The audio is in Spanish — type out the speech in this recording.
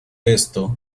esto